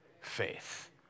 faith